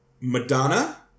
Madonna